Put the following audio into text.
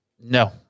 No